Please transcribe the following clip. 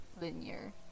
linear